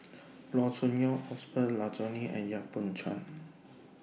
Loo Choon Yong Osbert Rozario and Yap Boon Chuan